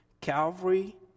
Calvary